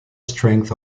strength